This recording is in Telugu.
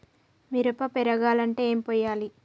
మిరప పెరగాలంటే ఏం పోయాలి?